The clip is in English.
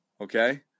okay